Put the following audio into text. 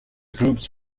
groups